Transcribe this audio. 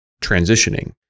transitioning